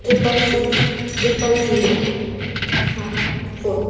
triple six triple zero हां four